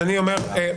אני אומר,